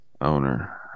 owner